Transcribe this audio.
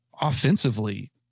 offensively